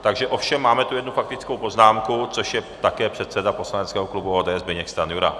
Takže ovšem máme tu jednu faktickou poznámku, což je také předseda poslaneckého klubu ODS Zbyněk Stanjura.